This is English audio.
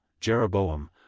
Jeroboam